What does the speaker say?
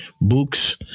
books